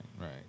right